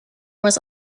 was